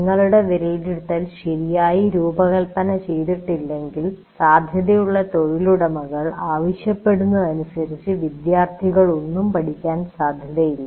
നിങ്ങളുടെ വിലയിരുത്തൽ ശരിയായി രൂപകൽപ്പന ചെയ്തിട്ടില്ലെങ്കിൽ സാധ്യതയുള്ള തൊഴിലുടമകൾ ആവശ്യപ്പെടുന്നതനുസരിച്ച് വിദ്യാർത്ഥികൾ ഒന്നും പഠിക്കാൻ സാധ്യതയില്ല